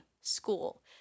school